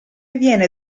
viene